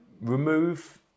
remove